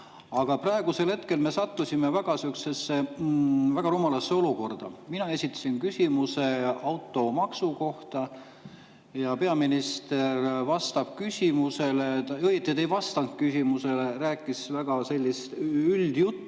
Aga praegusel hetkel me sattusime väga rumalasse olukorda. Mina esitasin küsimuse automaksu kohta ja peaminister vastas küsimusele. Õieti ta ei vastanud küsimusele, vaid rääkis väga üldist juttu